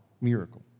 miracle